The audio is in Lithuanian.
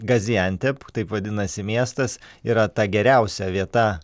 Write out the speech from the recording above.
gazijantep taip vadinasi miestas yra ta geriausia vieta